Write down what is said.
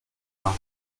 tabac